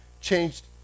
changed